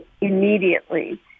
immediately